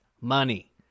money